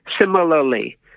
Similarly